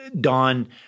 Don